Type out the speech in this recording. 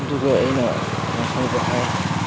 ꯑꯗꯨꯒ ꯑꯩꯅ ꯃꯈꯣꯏꯗ ꯍꯥꯏ